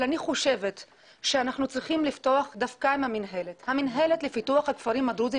אבל אנחנו צריכים לפתוח דווקא עם המינהלת לפיתוח הכפרים הדרוזים